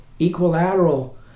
equilateral